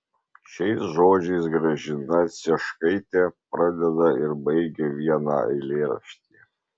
šiais žodžiais gražina cieškaitė pradeda ir baigia vieną eilėraštį